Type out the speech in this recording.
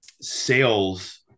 sales